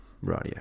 radio